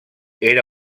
era